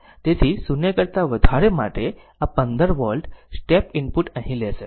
તેથી 0 કરતા વધારે માટે આ 15 વોલ્ટ સ્ટેપ ઇનપુટ અહીં હશે